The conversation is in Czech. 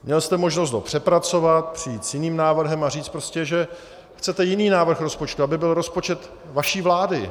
Měl jste možnost ho přepracovat, přijít s jiným návrhem a říct prostě, že chcete jiný návrh rozpočtu, aby byl rozpočet vaší vlády.